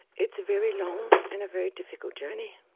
it's a very long and a very difficult journey,